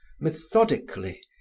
methodically